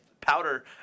powder